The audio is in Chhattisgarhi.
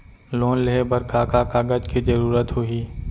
लोन लेहे बर का का कागज के जरूरत होही?